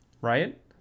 right